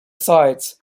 sides